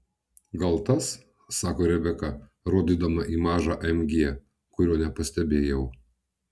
gal tas sako rebeka rodydama į mažą mg kurio nepastebėjau